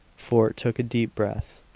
fort took a deep breath.